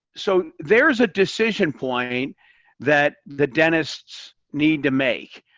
so there's a decision point that the dentists need to make,